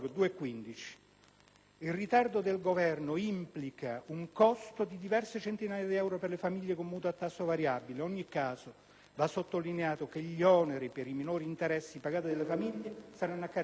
Il ritardo del Governo implica un costo di diverse centinaia di euro per le famiglie con mutui a tasso variabile. In ogni caso, va sottolineato che gli oneri per i minori interessi pagati dalle famiglie saranno a carico del bilancio dello Stato.